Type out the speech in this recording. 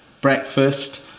breakfast